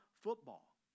football